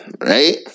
Right